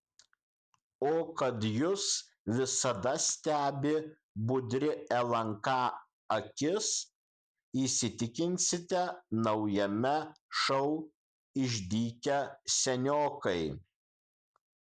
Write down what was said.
o kad jus visada stebi budri lnk akis įsitikinsite naujame šou išdykę seniokai